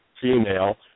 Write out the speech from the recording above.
female